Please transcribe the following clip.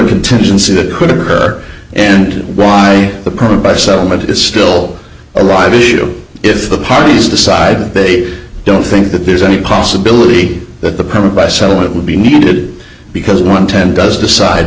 contingency that could occur and the probe by settlement is still alive if the parties decide they don't think that there's any possibility that the permit by settlement would be needed because one ten does decide